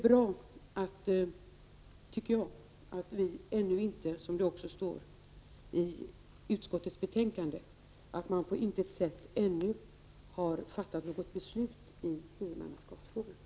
Jag tycker att det är bra att vi, som det står i utskottets betänkande, på intet sätt ännu har fattat något beslut i huvudmannaskapsfrågan.